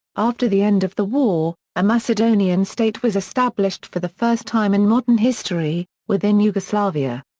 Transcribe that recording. after the end of the war, a macedonian state was established for the first time in modern history, within yugoslavia.